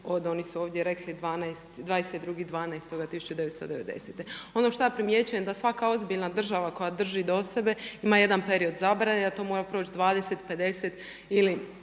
oni su ovdje rekli 22.12.1990. Ono što ja primjećujem da svaka ozbiljna država koja drži do sebe ima jedan period zabrane da to mora proći 20, 50, ili